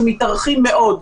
שמתארכים מאוד,